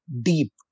deep